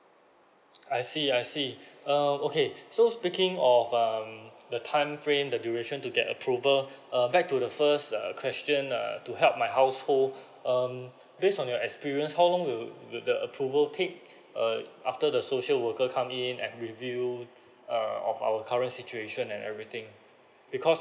I see I see um okay so speaking of um the time frame the duration to get approval uh back to the first uh question uh to help my household um based on your experience how long will the the approval take uh after the social worker come in and review err of our current situation and everything because